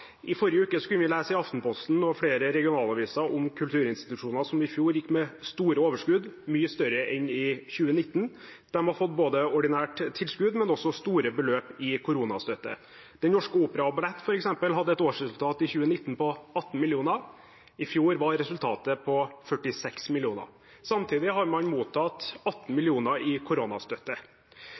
I forrige uke kunne vi lese i Aftenposten og flere regionaviser om kulturinstitusjoner som i fjor gikk med store overskudd, mye større enn i 2019. De har fått ordinært tilskudd, men også store beløp i koronastøtte. Den Norske Opera & Ballett, f.eks., hadde et årsresultat i 2019 på 18 mill. kr. I fjor var resultatet på 46 mill. kr. Samtidig har man mottatt 18 mill. kr i koronastøtte.